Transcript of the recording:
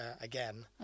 again